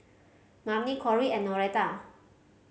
Marni Corrie and Noreta